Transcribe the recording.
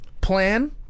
plan